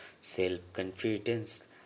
self-confidence